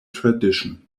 tradition